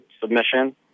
submission